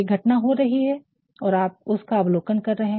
कोई घटना हो रही है और आप उसका अवलोकन कर रहे हैं